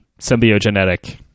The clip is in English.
symbiogenetic